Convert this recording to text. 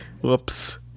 Whoops